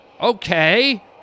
Okay